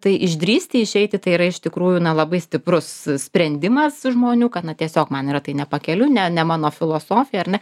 tai išdrįsti išeiti tai yra iš tikrųjų na labai stiprus sprendimas žmonių kad na tiesiog man yra tai nepakeliu ne ne mano filosofija ar ne